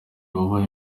wabaye